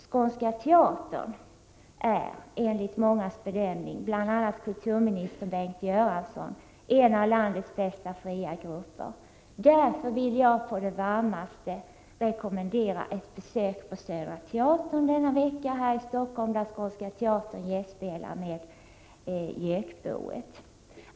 Skånska teatern är, enligt mångas bedömning, bl.a. kulturminister Bengt Göranssons, en av landets bästa fria grupper. Därför vill jag på det varmaste rekommendera ett besök på Södra teatern här i Stockholm denna vecka, där Skånska teatern gästspelar med Gökboet.